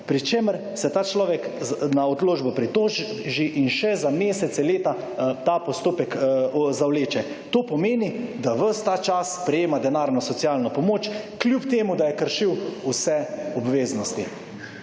pri čemer se ta človek na odločbo pritoži in še za mesece, leta ta postopek zavleče. To pomeni, da ves ta čas prejema denarno socialno pomoč, kljub temu, da je kršil vse obveznosti.